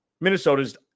Minnesota's